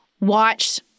watch